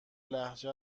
لهجه